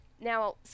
Now